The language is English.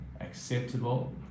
acceptable